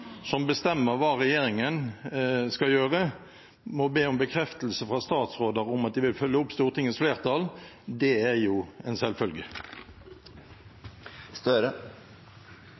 som bestemmer hva regjeringen skal gjøre, må be om bekreftelse fra statsråder om at de vil følge opp Stortingets flertall. Det er jo en selvfølge.